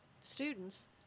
students